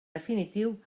definitiu